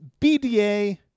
BDA